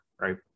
right